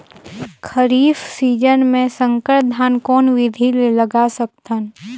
खरीफ season मे संकर धान कोन विधि ले लगा सकथन?